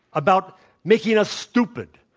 about making us stupid,